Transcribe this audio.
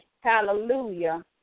hallelujah